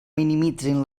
minimitzin